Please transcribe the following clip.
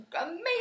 amazing